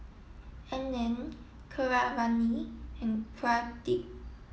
Anand Keeravani and Pradip